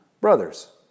Brothers